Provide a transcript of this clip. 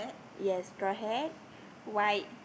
yes got hair white